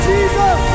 Jesus